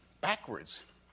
backwards